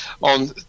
On